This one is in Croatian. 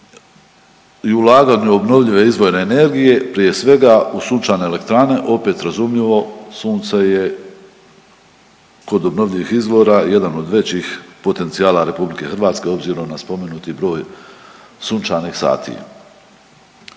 i ulaganju u obnovljive izvore energije prije svega u sunčane elektrane opet razumljivo sunce je kod obnovljivih izvora jedan od većih potencijala RH obzirom na spomenuti broj sunčanih sati.